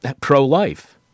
pro-life